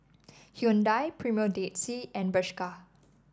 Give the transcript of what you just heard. Hyundai Premier Dead Sea and Bershka